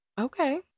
Okay